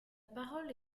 parole